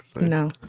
No